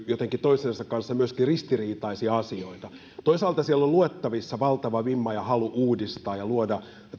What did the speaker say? toistensa kanssa ristiriitaisia asioita toisaalta siellä on luettavissa valtava vimma ja halu uudistaa ja luoda